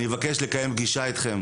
אני מבקש לקיים פגישה אתכם